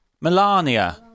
Melania